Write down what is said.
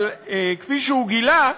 אבל כפי שהוא גילה,